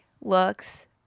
looks